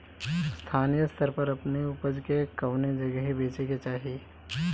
स्थानीय स्तर पर अपने ऊपज के कवने जगही बेचे के चाही?